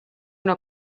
una